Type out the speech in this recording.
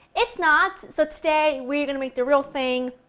it's not, so today we are going to make the real thing.